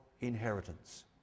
inheritance